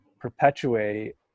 perpetuate